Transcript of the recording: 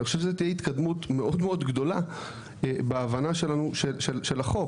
ואני חושב שזאת תהיה התקדמות מאוד גדולה בהבנה שלנו של החוק,